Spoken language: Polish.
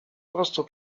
prostu